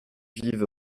vive